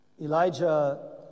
Elijah